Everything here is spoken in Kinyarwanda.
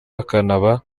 akanaba